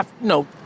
no